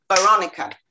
Veronica